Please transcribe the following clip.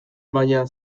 baina